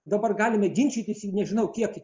dabar galime ginčytis nežinau kiek